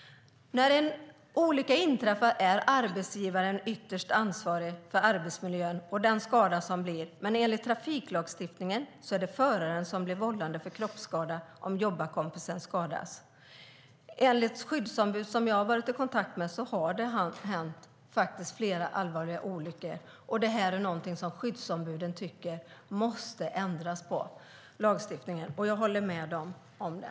När en olycka inträffar är arbetsgivaren ytterst ansvarig för arbetsmiljön och den skada som uppkommit, men enligt trafiklagstiftningen blir föraren vållande till kroppsskada om jobbarkompisen skadas. Enligt skyddsombud jag har varit i kontakt med har flera allvarliga olyckor hänt. Skyddsombuden tycker att lagstiftningen måste ändras. Jag håller med dem om det.